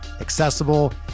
accessible